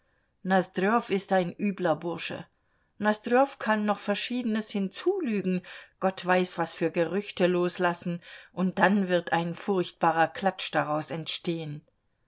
ist ein übler bursche nosdrjow kann noch verschiedenes hinzulügen gott weiß was für gerüchte loslassen und dann wird ein furchtbarer klatsch daraus entstehen